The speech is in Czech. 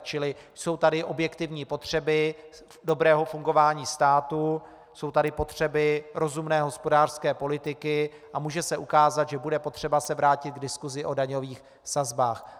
Čili jsou tady objektivní potřeby dobrého fungování státu, jsou tu potřeby rozumné hospodářské politiky a může se ukázat, že bude potřeba se vrátit k diskusi o daňových sazbách.